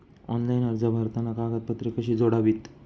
Online अर्ज भरताना कागदपत्रे कशी जोडावीत?